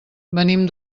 venim